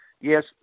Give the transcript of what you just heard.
yes